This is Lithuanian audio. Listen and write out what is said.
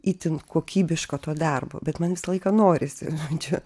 itin kokybiško to darbo bet man visą laiką norisi žodžiu